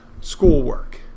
schoolwork